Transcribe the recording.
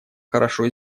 хорошо